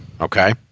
Okay